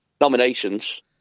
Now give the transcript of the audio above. nominations